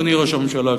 אדוני ראש הממשלה,